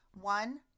One